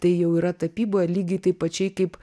tai jau yra tapyboje lygiai taip pačiai kaip